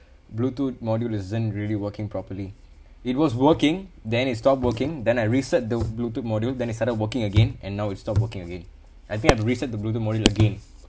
bluetooth module isn't really working properly it was working then it stop working then I reset the bluetooth module then it started working again and now it stop working again I think I have to reset the bluetooth module again